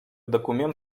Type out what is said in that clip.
документ